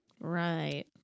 Right